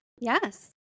Yes